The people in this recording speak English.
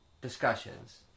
discussions